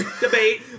debate